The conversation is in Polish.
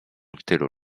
tylu